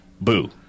Boo